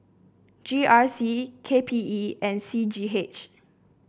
G R C K P E and C G H